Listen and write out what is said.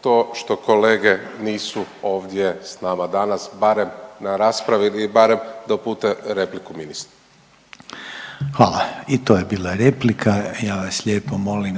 to što kolege nisu ovdje sa nama danas barem na raspravi ili barem da upute repliku ministru. **Reiner, Željko (HDZ)** Hvala. I to je bila replika. Ja vas lijepo molim